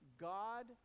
God